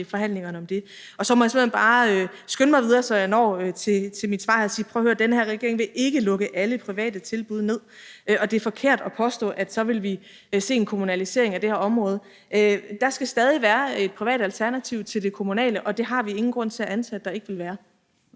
til forhandlingerne om det. Så må jeg simpelt hen bare skynde mig videre, så jeg når til mit svar, og sige: Prøv at høre, den her regering vil ikke lukke alle private tilbud ned, og det er forkert at påstå, at så vil vi se en kommunalisering af det her område. Der skal stadig være et privat alternativ til det kommunale, og det har vi ingen grund til at antage at der ikke vil være.